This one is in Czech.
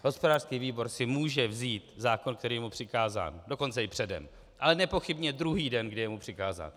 Hospodářský výbor si může vzít zákon, který je mu přikázán, dokonce i předem, ale nepochybně druhý den, kdy je mu přikázán.